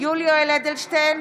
יולי יואל אדלשטיין,